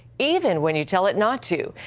even when you tell it not to.